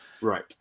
right